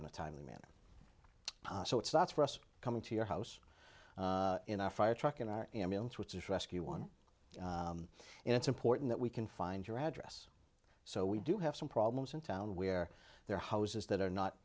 in a timely manner so it's not for us coming to your house in a fire truck in our ambulance which is rescue one and it's important that we can find your address so we do have some problems in town where there are houses that are not